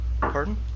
Pardon